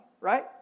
right